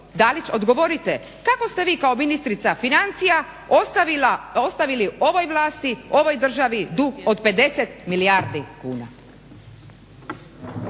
odgovorite kako ste vi kao ministrica financija ostavili ovoj vlasti ovoj državi dug od 50 milijardi kuna?